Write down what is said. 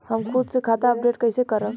हम खुद से खाता अपडेट कइसे करब?